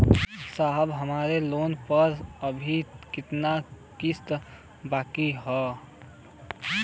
साहब हमरे लोन पर अभी कितना किस्त बाकी ह?